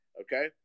okay